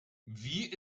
wie